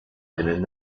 einen